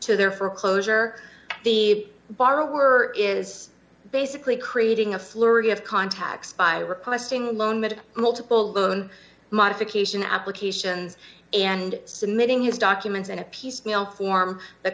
to their foreclosure the borrower is basically creating a flurry of contacts by requesting loan made multiple loan modification applications and submitting his documents in a piecemeal form that